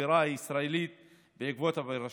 בחברה הישראלית בעקבות הפרשה.